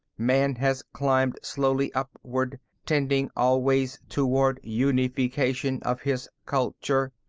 man has climbed slowly upward, tending always toward unification of his culture.